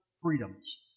Freedoms